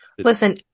Listen